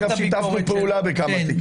גם שיתפנו פעולה בכמה תיקים.